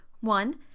One